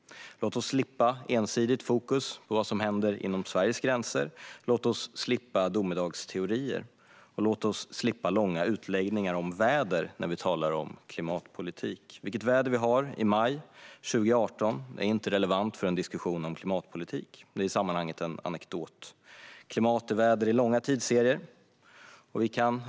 Låt oss slippa ensidigt fokus på vad som händer inom Sveriges gränser, låt oss slippa domedagsteorier och låt oss slippa långa utläggningar om väder när vi talar om klimatpolitik. Vilket väder vi har i maj 2018 är inte relevant för en diskussion om klimatpolitik, utan det är i sammanhanget en anekdot. Klimat är väder i långa tidsserier.